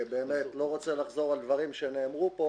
אני לא רוצה לחזור על דברים שנאמרו פה.